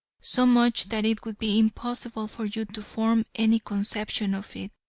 so much that it would be impossible for you to form any conception of it.